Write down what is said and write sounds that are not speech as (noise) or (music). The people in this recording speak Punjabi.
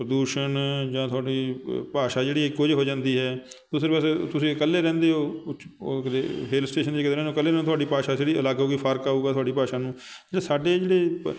ਪ੍ਰਦੂਸ਼ਨ ਜਾਂ ਤੁਹਾਡੀ ਭਾਸ਼ਾ ਜਿਹੜੀ ਇੱਕੋ ਜਿਹੀ ਹੋ ਜਾਂਦੀ ਹੈ ਦੂਸਰੇ ਪਾਸੇ ਤੁਸੀਂ ਇਕੱਲੇ ਰਹਿੰਦੇ ਹੋ (unintelligible) ਹਿੱਲ ਸਟੇਸ਼ਨ ਜੇ (unintelligible) ਇਕੱਲੇ ਨਾ ਤੁਹਾਡੀ ਭਾਸ਼ਾ ਜਿਹੜੀ ਅਲੱਗ ਹੋ ਗਈ ਫਰਕ ਆਊਗਾ ਤੁਹਾਡੀ ਭਾਸ਼ਾ ਨੂੰ ਜੇ ਸਾਡੇ ਜਿਹੜੇ